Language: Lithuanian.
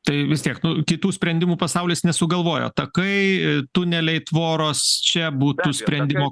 tai vis tiek nu kitų sprendimų pasaulis nesugalvojo takai tuneliai tvoros čia būtų sprendimo